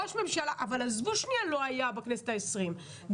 אבל עזבו שלא היה בכנסת העשרים,